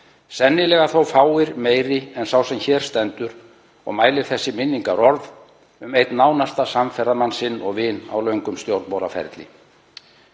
sennilega þó fáir meiri en sá sem hér stendur og mælir þessi minningarorð um einn nánasta samferðamann sinn og vin á löngum stjórnmálaferli.